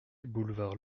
boulevard